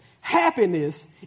Happiness